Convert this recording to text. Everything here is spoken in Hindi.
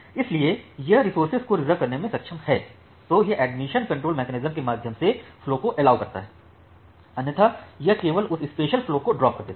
यदि यह रेसौरसेस को रिज़र्व करने में सक्षम है तो यह एडमिशन कंट्रोल मेकनिज़्म के माध्यम से फ्लो को allow करता है अन्यथा यह केवल उस स्पेशल फ्लो को ड्राप कर देता है